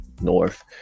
North